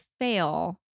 fail